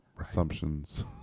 Assumptions